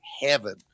heaven